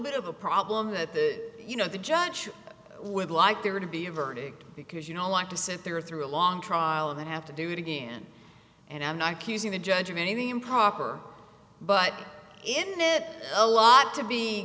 bit of a problem that the you know the judge would like there to be a verdict because you don't want to sit there through a long trial of it have to do it again and i'm not accusing the judge of anything improper but in a lot to be